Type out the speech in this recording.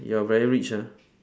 you are very rich ah